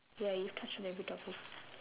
ya you've touched on every topic